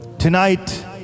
Tonight